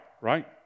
right